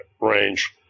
range